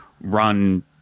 run